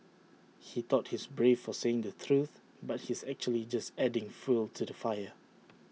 he thought he's brave for saying the truth but he's actually just adding fuel to the fire